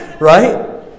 right